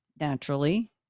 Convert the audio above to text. naturally